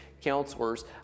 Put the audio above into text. counselors